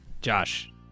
josh